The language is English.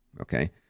okay